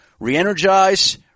re-energize